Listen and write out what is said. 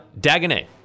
Dagonet